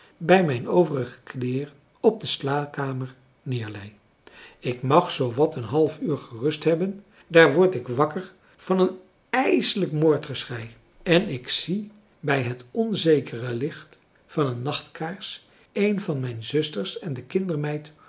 bij mijn overige kleeren op de slaapkamer neerlei ik mag zoo wat een half uur gerust hebben daar word ik wakker van een ijselijk moordgeschrei en ik zie bij het onzekere licht van een nachtkaars een van mijn zusters en de kindermeid